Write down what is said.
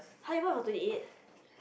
!huh! you bought for twenty eight